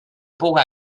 puga